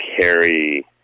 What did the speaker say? carry